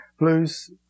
blues